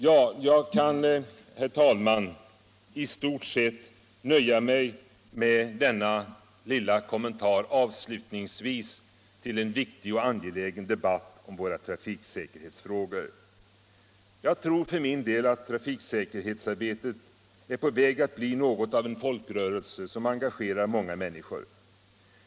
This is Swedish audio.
Jag kan, herr talman, i stort sett nöja mig med denna lilla kommentar till en viktig och angelägen debatt om trafiksäkerhetsfrågorna. Jag tror att trafiksäkerhetsarbetet är på väg att bli något av en folkrörelse, som engagerar många människor.